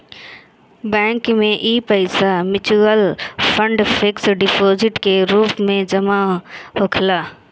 bank में इ पईसा मिचुअल फंड, फिक्स डिपोजीट के रूप में जमा होखेला